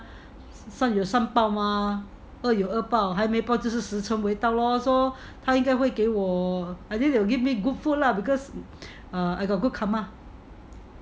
善有善报 mah 恶有恶报还没报就是时称未到 lor so 他应该会给我 I think they will give me good food lah because I got good karma